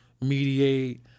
mediate